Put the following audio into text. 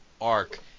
arc